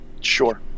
Sure